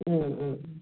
ആ ആ